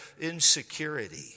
insecurity